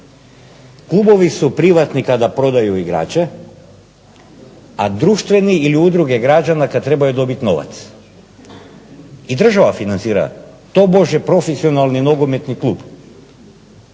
Klubovi su privatni kada prodaju igrače, a društveni ili udruge građana kada trebaju dobiti novac. I država financira tobože profesionalni nogometni klub